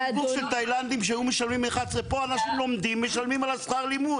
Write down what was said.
פה אנשים לומדים משלמים על השכר לימוד,